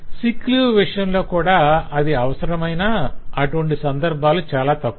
sick leave విషయంలో కూడా అది అవసరమైనా అటువంటి సందర్భాలు చాల తక్కువ